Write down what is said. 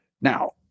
Now